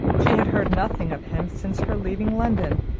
she had heard nothing of him since her leaving london,